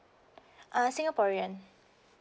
uh singaporean